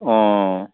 অঁ